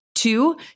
two